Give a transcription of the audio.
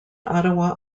ottawa